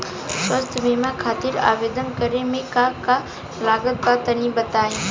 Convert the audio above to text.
स्वास्थ्य बीमा खातिर आवेदन करे मे का का लागत बा तनि बताई?